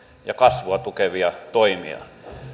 ja kasvua tukevia toimia